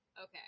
okay